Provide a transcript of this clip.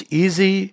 easy